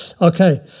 Okay